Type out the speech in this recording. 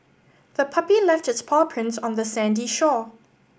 the puppy left its paw prints on the sandy shore